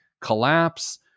collapse